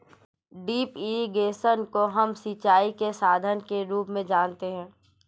drip irrigation को हम सिंचाई के साधन के रूप में जानते है